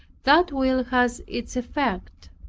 that will has its effect.